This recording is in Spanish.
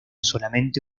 solamente